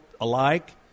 alike